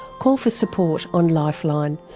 call for support on lifeline,